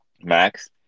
max